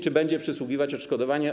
Czy będzie przysługiwać odszkodowanie?